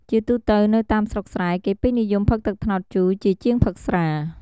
ជាទូទៅនៅតាមស្រុកស្រែ គេពេញនិយមផឹកទឹកត្នោតជូរ ជាជាងផឹកស្រា។